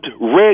Red